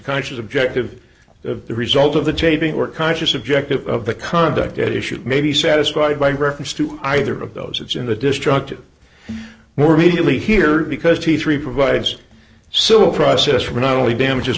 conscious objective of the result of the taping or conscious objective of the conduct at issue may be satisfied by reference to either of those it's in the destructive we're really here because t three provides a civil process for not only damages